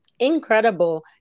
Incredible